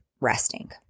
resting